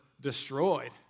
destroyed